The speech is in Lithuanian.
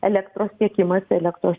elektros tiekimas elektros